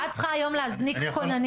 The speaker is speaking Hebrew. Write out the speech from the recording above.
את צריכה היום להזניק כוננים,